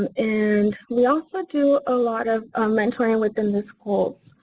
and and we also do a lot of mentoring within the schools.